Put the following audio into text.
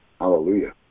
Hallelujah